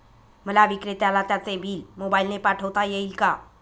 मला विक्रेत्याला त्याचे बिल मोबाईलने पाठवता येईल का?